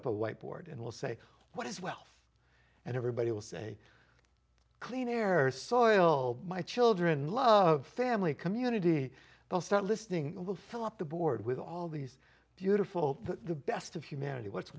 up a white board and will say what is wealth and everybody will say clean air soil my children love family community they'll start listening and will fill up the board with all these beautiful but the best of humanity what's